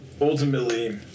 ultimately